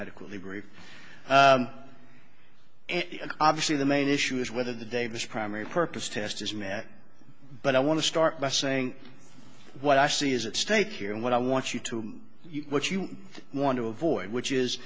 adequately very obviously the main issue is whether the davis primary purpose test is met but i want to start by saying what i see is at stake here and what i want you to what you want to avoid which is